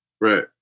Right